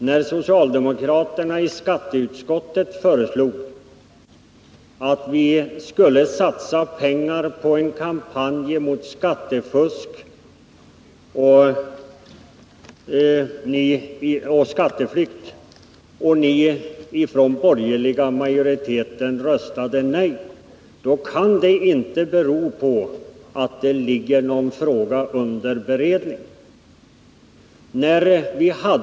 När socialdemokraterna i skatteutskottet föreslog att pengar skulle satsas på en kampanj mot skattefusk och skatteflykt och den borgerliga majoriteten röstade nej, kunde det inte bero på att någon fråga är under beredning.